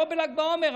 לא בל"ג בעומר,